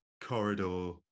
Corridor